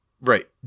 Right